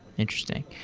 interesting.